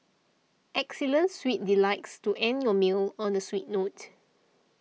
excellence sweet delights to end your meals on a sweet note